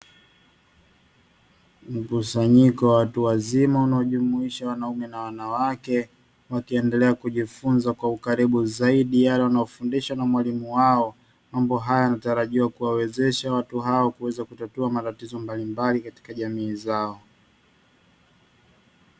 Mkusanyiko wa watu wazima unaojumuisha wanaume na wanawake wakiendelea kujifunza kwa ukaribu zaidi yale wanayofundishwa na mwalimu wao, mambo haya yanatarajiwa kuwawezesha watu hao kuweza kutatua matatizo mbalimbali katika jamii zao.